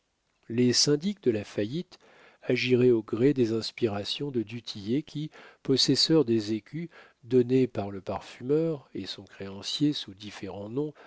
les syndics de la faillite agiraient au gré des inspirations de du tillet qui possesseur des écus donnés par le parfumeur et son créancier sous différents noms